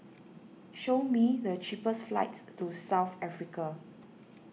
show me the cheapest flights to South Africa